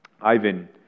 Ivan